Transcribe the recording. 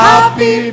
Happy